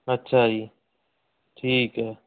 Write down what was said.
ਅੱਛਾ ਜੀ ਠੀਕ ਐ